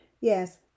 Yes